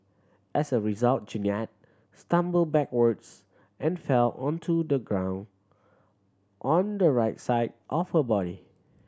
as a result Jeannette stumbled backwards and fell onto the ground on the right side of her body